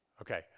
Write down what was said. Okay